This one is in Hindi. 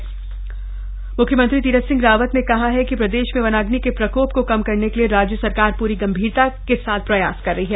सीएम वनाग्नि मुख्यमंत्री तीरथ सिंह रावत ने कहा है कि प्रदेश में वनाग्नि के प्रकोप को कम करने के लिए राज्य सरकार पूरी गम्भीरता से प्रयास कर रही है